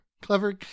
Clever